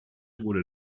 wurde